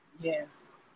yes